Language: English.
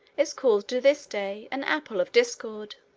is called to this day an apple of discord.